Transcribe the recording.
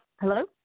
Hello